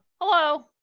Hello